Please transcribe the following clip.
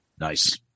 Nice